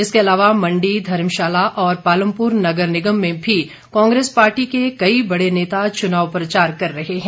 इसके अलावा मंडी धर्मशाला और पालमपुर नगर निगम में भी कांग्रेस पार्टी के कई बड़े नेता चुनाव प्रचार कर रहे हैं